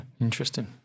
interesting